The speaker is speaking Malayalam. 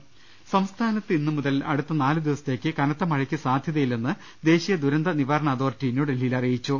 ള്ള്ട്ടിട്ടു സംസ്ഥാനത്ത് ഇന്നു മുതൽ അടുത്ത നാലു ദിവസത്തേക്ക് കനത്ത മഴയ്ക്ക് സാധ്യതയില്ലെന്ന് ദേശീയ ദുരന്തനിവാരണ അതോറിറ്റി ന്യൂഡൽഹി യിൽ അറിയിച്ചു